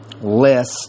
list